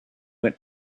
went